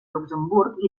luxemburg